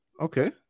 Okay